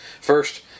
First